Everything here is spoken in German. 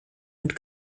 und